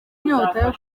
inyota